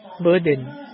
Burden